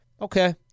okay